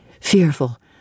fearful